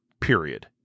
period